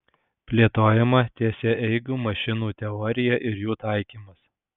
plėtojama tiesiaeigių mašinų teorija ir jų taikymas